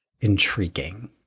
intriguing